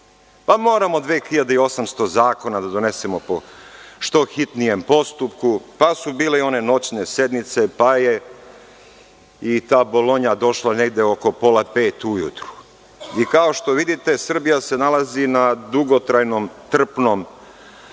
Pa – moramo 2800 zakona da donesemo po što hitnijem postupku. Pa, bile su i one noćne sednice, pa je i ta Bolonja došla negde oko pola pet ujutru. I, kao što vidite, Srbija se nalazi na dugotrajnom trpnom